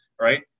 right